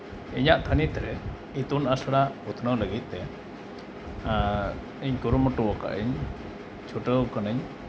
ᱤᱧᱟᱹᱜ ᱛᱷᱟᱹᱱᱤᱛ ᱨᱮ ᱤᱛᱩᱱ ᱟᱥᱲᱟ ᱩᱛᱱᱟᱹᱣ ᱞᱟᱹᱜᱤᱫ ᱛᱮ ᱤᱧ ᱠᱩᱨᱩᱢᱩᱴᱩᱣᱟᱠᱟᱫᱼᱟᱹᱧ ᱪᱷᱩᱴᱟᱹᱣ ᱠᱟᱹᱱᱟᱹᱧ